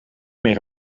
meer